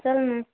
चल ना